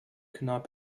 cannot